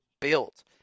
built